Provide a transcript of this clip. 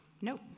nope